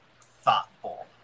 thoughtful